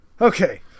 Okay